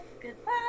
Goodbye